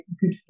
good